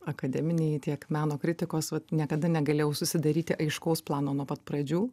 akademiniai tiek meno kritikos niekada negalėjau susidaryti aiškaus plano nuo pat pradžių